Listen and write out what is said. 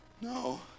No